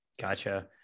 Gotcha